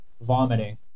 vomiting